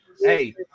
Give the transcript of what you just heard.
Hey